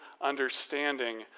understanding